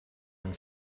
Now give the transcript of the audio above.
and